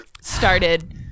started